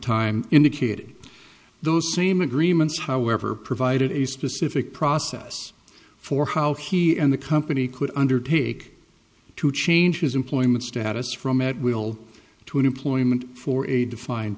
time indicated those same agreements however provided a specific process for how he and the company could undertake to change his employment status from at will to an employment for a defined